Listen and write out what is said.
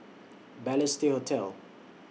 Balestier Hotel